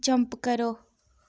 jump करो